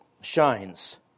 shines